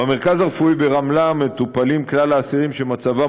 במרכז הרפואי ברמלה מטופלים כלל האסירים שמצבם